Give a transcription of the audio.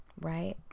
Right